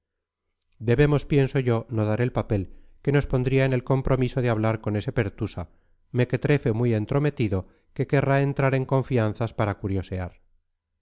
debemos pienso yo no dar el papel que nos pondría en el compromiso de hablar con ese pertusa mequetrefe muy entrometido que querrá entrar en confianzas para curiosear